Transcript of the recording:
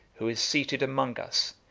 who is seated among us,